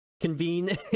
convene